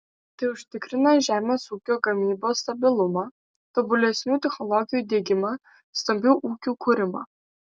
tai užtikrina žemės ūkio gamybos stabilumą tobulesnių technologijų diegimą stambių ūkių kūrimą